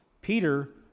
Peter